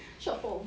short form